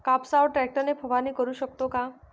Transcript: कापसावर ट्रॅक्टर ने फवारणी करु शकतो का?